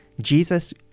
Jesus